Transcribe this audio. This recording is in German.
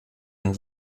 und